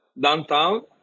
downtown